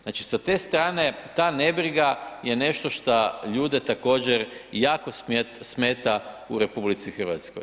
Znači sa te strane ta nebriga je nešto šta ljude također jako smeta u RH.